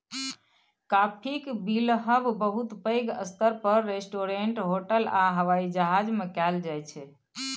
काफीक बिलहब बहुत पैघ स्तर पर रेस्टोरेंट, होटल आ हबाइ जहाज मे कएल जाइत छै